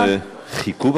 האם במקרה האחרון חיכו בחוץ?